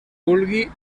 vulgui